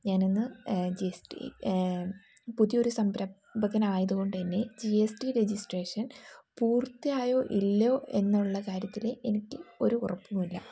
ഞാനിന്ന് G S T പുതിയൊരു സംരംഭകനായതുകൊണ്ടുതന്നെ ജി എസ് ടി രജിസ്ട്രേഷൻ പൂർത്തിയായോ ഇല്ലയോ എന്നുള്ള കാര്യത്തിൽ എനിക്ക് ഒരു ഉറപ്പും ഉല്ല